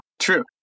true